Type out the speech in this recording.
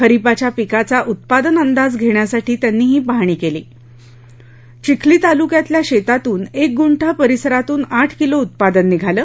खरीपाच्या पिकाचा उत्पादन अंदाज घेण्यासाठी त्यांनी पाहणी केली चिखली तालुक्यातल्या शेतातून एक गुंडा परिसरातून आठ किलो उत्पादन निघालं